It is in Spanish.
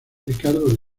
ricardo